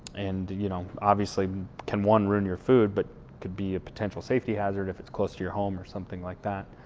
and you know obviously can one ruin your food but it could be a potential safety hazard if it's close to your home or something like that.